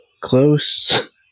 close